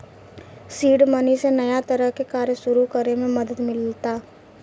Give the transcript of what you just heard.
seed money से नया तरह के कार्य सुरू करे में मदद मिलता